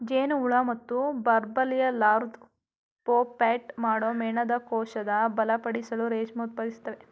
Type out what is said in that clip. ಜೇನುಹುಳು ಮತ್ತುಬಂಬಲ್ಬೀಲಾರ್ವಾವು ಪ್ಯೂಪೇಟ್ ಮಾಡೋ ಮೇಣದಕೋಶನ ಬಲಪಡಿಸಲು ರೇಷ್ಮೆ ಉತ್ಪಾದಿಸ್ತವೆ